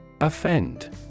Offend